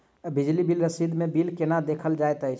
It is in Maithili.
बिजली बिल रसीद मे बिल केना देखल जाइत अछि?